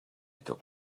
took